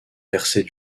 versait